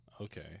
Okay